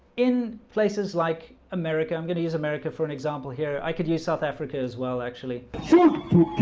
in places like america. i'm going to use america for an example here. i could use south africa as well actually